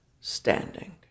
standing